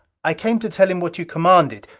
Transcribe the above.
i came to tell him what you commanded.